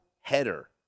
header